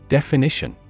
Definition